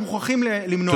אנחנו מוכרחים למנוע את זה.